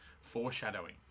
foreshadowing